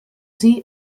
sie